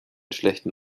schlechten